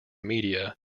media